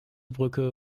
brücke